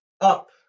up